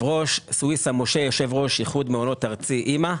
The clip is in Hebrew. אני יושב-ראש איחוד מעונות ארצי א.מ.א.